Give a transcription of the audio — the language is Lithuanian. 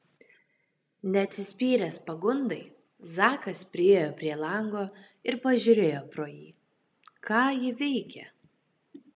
neatsispyręs pagundai zakas priėjo prie lango ir pažiūrėjo pro jį ką ji veikia